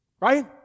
Right